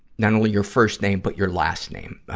not only your first name but your last name.